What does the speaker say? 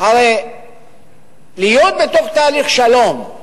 הרי להיות בתוך תהליך שלום,